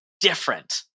different